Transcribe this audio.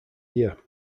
year